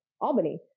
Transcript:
Albany